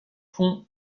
pont